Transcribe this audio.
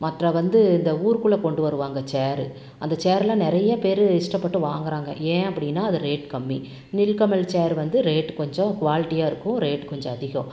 மற்ற வந்து இந்த ஊருக்குள்ளே கொண்டு வருவாங்க சேர் அந்த சேருலாம் நிறையா பேர் இஷ்டப்பட்டு வாங்குறாங்க ஏன் அப்படினா அது ரேட்டு கம்மி நில்கமல் சேர் வந்து ரேட்டு கொஞ்சம் குவாலிட்டியாக இருக்கும் ரேட்டு கொஞ்சம் அதிகம்